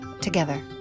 together